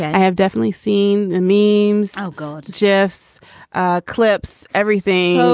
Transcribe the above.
i have definitely seen meemaw's. i'll go. ah jeffs' ah clip's everything.